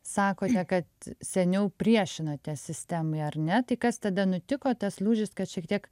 sakote kad seniau priešinotės sistemai ar ne tai kas tada nutiko tas lūžis kad šiek tiek